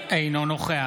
אינו נוכח